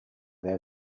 their